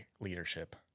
leadership